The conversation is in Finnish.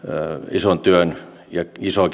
ison työn ja iso